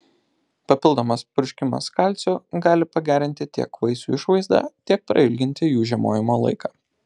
papildomas purškimas kalciu gali pagerinti tiek vaisių išvaizdą tiek prailginti jų žiemojimo laiką